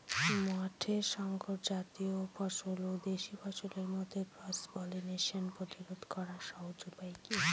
মাঠের শংকর জাতীয় ফসল ও দেশি ফসলের মধ্যে ক্রস পলিনেশন প্রতিরোধ করার উপায় কি?